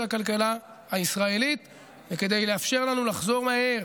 הכלכלה הישראלית וכדי לאפשר לנו לחזור מהר